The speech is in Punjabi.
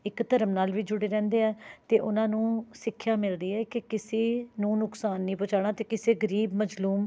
ਇੱਕ ਧਰਮ ਨਾਲ ਵੀ ਜੁੜੇ ਰਹਿੰਦੇ ਹੈ ਅਤੇ ਉਨ੍ਹਾਂ ਨੂੰ ਸਿੱਖਿਆ ਮਿਲਦੀ ਹੈ ਕਿ ਕਿਸੇ ਨੂੰ ਨੁਕਸਾਨ ਨਹੀਂ ਪਹੁੰਚਾਉਣਾ ਅਤੇ ਕਿਸੇ ਗਰੀਬ ਮਜ਼ਲੂਮ